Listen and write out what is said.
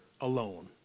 alone